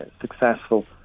successful